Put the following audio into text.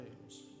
names